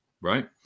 right